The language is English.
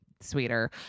sweeter